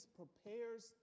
prepares